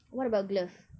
what about glove